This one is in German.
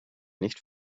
nicht